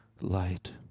light